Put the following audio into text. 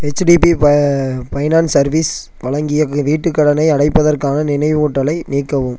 HDB ப finance service வழங்கிய வீ வீட்டுக் கடனை அடைப்பதற்கான நினைவூட்டலை நீக்கவும்